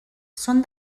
són